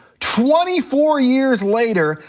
twenty four years later,